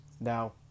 Now